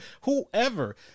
whoever